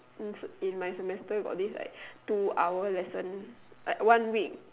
in in my semester got this like two hour lesson like one week